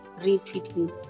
retweeting